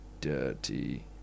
dirty